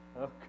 Okay